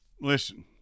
Listen